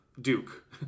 Duke